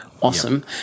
awesome